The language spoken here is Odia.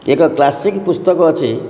ଏକ କ୍ଲାସିକ୍ ପୁସ୍ତକ ଅଛି